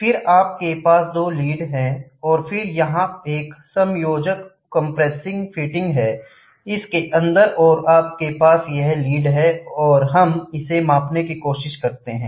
फिर आपके पास दो लीड हैं और फिर यहां एक समायोज्य कंप्रेसिंग फिटिंग है इसके अंदर और आपके पास यह लीड है और हम इसे मापने की कोशिश करते हैं